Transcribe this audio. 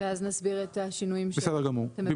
ונסביר את השינויים שאתם מבקשים.